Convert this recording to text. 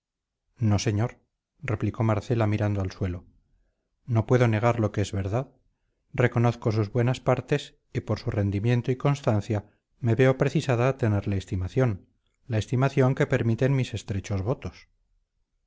no señor replicó marcela mirando al suelo no puedo negar lo que es verdad reconozco sus buenas partes y por su rendimiento y constancia me veo precisada a tenerle estimación la estimación que permiten mis estrechos votos